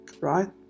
right